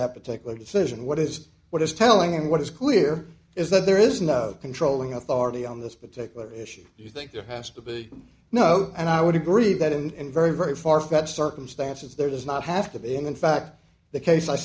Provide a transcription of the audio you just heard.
that particular decision what is what is telling them what is clear is that there is no controlling authority on this particular issue you think there has to be no and i would agree that in very very farfetched circumstances there does not have to be in fact the case i